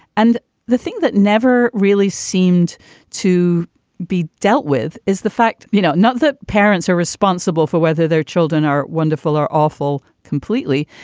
and the thing that never really seemed to be dealt with is the fact you know not the parents are responsible for whether their children are wonderful or awful completely.